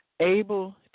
Able